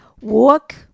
Walk